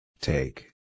Take